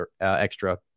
extra